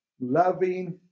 loving